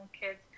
kids